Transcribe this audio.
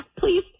please